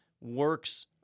works